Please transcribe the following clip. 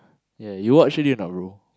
ya you watch already or not bro